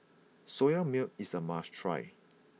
soya milk is a must try